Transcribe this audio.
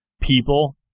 people